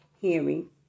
hearing